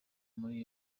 muri